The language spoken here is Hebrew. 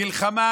נלחמה